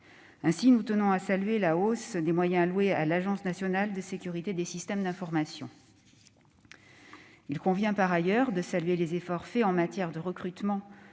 Ainsi, nous tenons à saluer la hausse des moyens alloués à l'Agence nationale de la sécurité des systèmes d'information. Il convient par ailleurs de saluer les efforts consentis en matière de recrutement